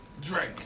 Drake